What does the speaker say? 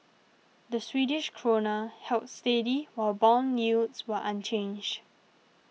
the Swedish Krona held steady while bond yields were unchanged